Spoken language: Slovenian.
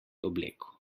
obleko